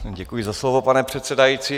Děkuji za slovo, pane předsedající.